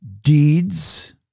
deeds